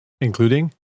including